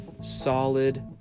solid